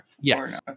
Yes